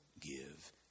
give